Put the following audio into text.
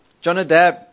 Jonadab